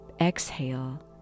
exhale